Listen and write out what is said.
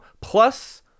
plus